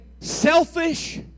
Selfish